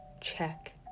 check